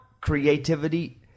creativity